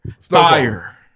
Fire